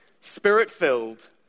spirit-filled